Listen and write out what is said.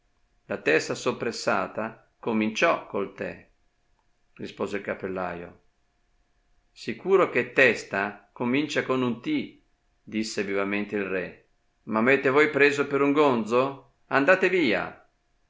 la testa soppressata cominciò col tè rispose il cappellaio sicuro che testa comincia con un t disse vivamente il re m'avete voi preso per un gonzo andate via